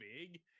big